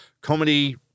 comedy